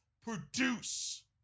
produce